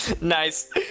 Nice